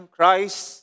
Christ